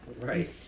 Right